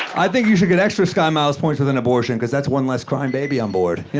i think you should get extra skymiles points with an abortion, because that's one less crying baby onboard, you